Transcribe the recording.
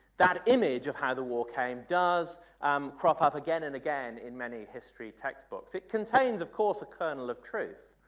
that image of how the war came does crop up again and again in many history textbooks. it contains of course a kernel of truth.